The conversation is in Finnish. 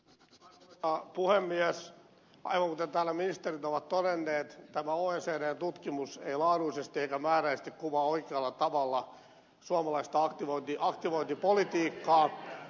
aivan kuten täällä ministerit ovat todenneet tämä oecdn tutkimus ei laadullisesti eikä määrällisesti kuvaa oikealla tavalla suomalaista aktivointipolitiikkaa